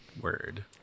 Word